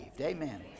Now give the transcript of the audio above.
Amen